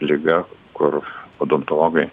liga kur odontologai